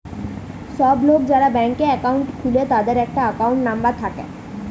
সব লোক যারা ব্যাংকে একাউন্ট খুলে তাদের একটা একাউন্ট নাম্বার থাকে